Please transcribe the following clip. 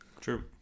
True